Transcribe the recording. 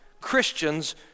Christians